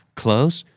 close